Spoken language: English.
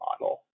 model